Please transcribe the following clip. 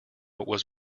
was